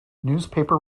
newspaper